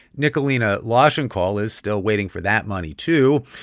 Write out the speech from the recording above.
nicolena loshonkohl is still waiting for that money, too.